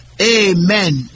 Amen